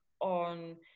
on